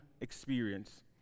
experience